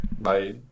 Bye